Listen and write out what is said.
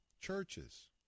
churches